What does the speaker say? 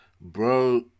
bro